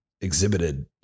exhibited